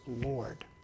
Lord